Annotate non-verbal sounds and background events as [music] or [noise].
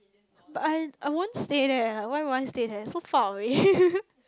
but I I won't stay there why would I stay there so far away [laughs]